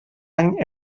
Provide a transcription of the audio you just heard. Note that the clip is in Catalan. any